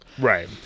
Right